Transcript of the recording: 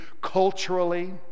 culturally